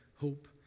hope